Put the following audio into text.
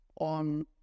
on